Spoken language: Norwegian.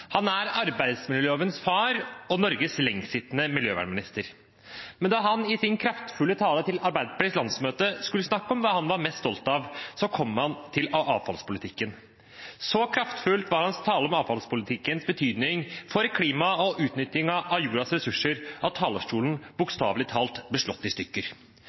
Han er arbeidsmiljølovens far og Norges lengstsittende miljøvernminister. Da han i sin kraftfulle tale til Arbeiderpartiets landsmøte skulle snakke om det han var mest stolt av, kom han til avfallspolitikken. Så kraftfull var hans tale om avfallspolitikkens betydning for klimaet og utnyttingen av jordens ressurser at talerstolen bokstavelig talt ble slått i stykker.